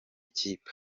kipe